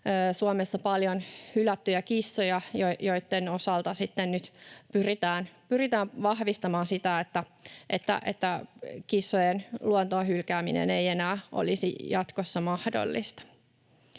Suomessa paljon hylättyjä kissoja, joitten osalta sitten nyt pyritään vahvistamaan sitä, että kissojen luontoon hylkääminen ei enää olisi jatkossa mahdollista.